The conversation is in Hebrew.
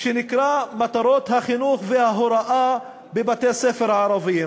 שנקרא "מטרות החינוך וההוראה בבתי-הספר הערביים".